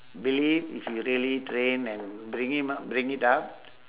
believe if you really train and bring him up bring it up